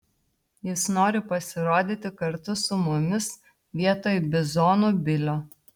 jis nori pasirodyti kartu su mumis vietoj bizonų bilio